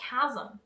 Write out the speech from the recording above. chasm